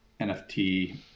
NFT